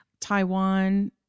taiwan